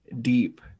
deep